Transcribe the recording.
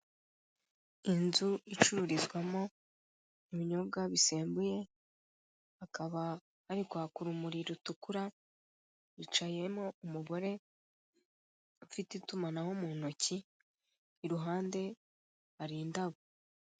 Inzu icururizwamo ibinyobwa bisembuye hakaba hari kwaka urumuri rutukura, hicayemo umugore ufite itumanaho mu ntoki, iruhande hari indabo.